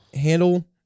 handle